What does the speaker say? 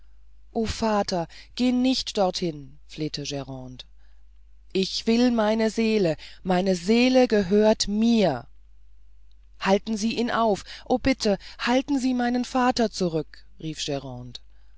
vater geh nicht dorthin flehte grande ich will meine seele meine seele gehört mir halten sie ihn auf o bitte halten sie meinen vater zurück rief